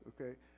okay